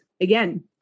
again